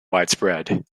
widespread